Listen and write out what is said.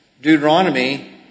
Deuteronomy